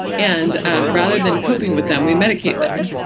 and and rather than coping with them we medicate them.